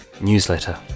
newsletter